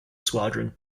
squadron